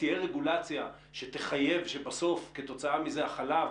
תהיה רגולציה שתחייב שבסוף כתוצאה מזה החלב